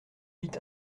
huit